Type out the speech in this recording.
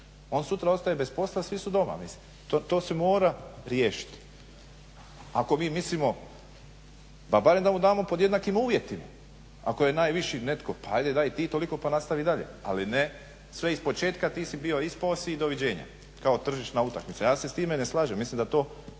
On sutra ostaje bez posla. Svi su doma. To se mora riješiti. Ako mi mislimo, pa barem da mu damo pod jednakim uvjetima, ako je najviši netko pa ajde daj i ti toliko pa nastavi dalje ali ne sve ispočetka, ti si bio, ispao si i doviđenja kao tržišna utakmica. Ja se s time ne slažem, mislim da to